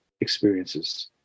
experiences